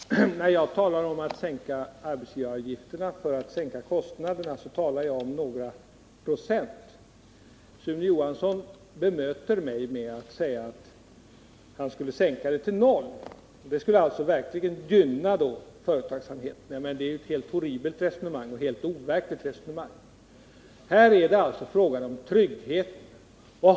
Herr talman! När jag talar om att sänka arbetsgivaravgifterna för att sänka kostnaderna talar jag om några procent. Sune Johansson bemöter mig med att tala om att sänka lönerna till 0; det skulle då verkligen gynna verksamheten. Det är ett helt horribelt och overkligt resonemang. Här är det fråga om tryggheten.